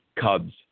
Cubs